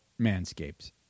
Manscapes